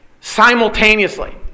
simultaneously